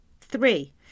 Three